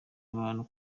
abantu